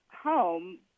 home